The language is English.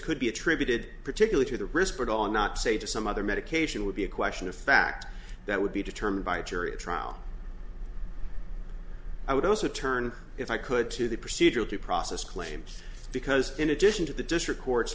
could be attributed particular to the risk but on not say to some other medication would be a question of fact that would be determined by a jury trial i would also turn if i could to the procedural due process claims because in addition to the district court